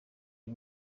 y’i